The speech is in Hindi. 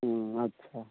अच्छा